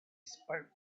spoke